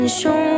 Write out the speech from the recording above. show